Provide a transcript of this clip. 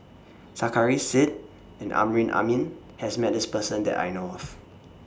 Sarkasi Said and Amrin Amin has Met This Person that I know of